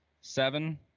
seven